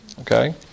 Okay